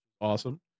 awesome